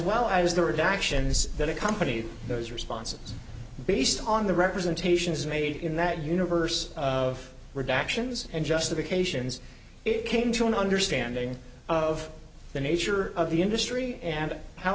well as the redactions that accompanied those responses based on the representations made in that universe of redactions and justifications it came to an understanding of the nature of the industry and how